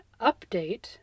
update